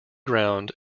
ground